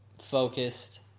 focused